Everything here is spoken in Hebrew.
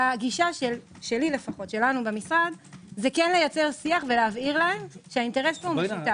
הגישה שלנו במשרד זה כן לייצר שיח ולהבהיר להם שהאינטרס משותף.